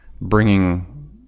bringing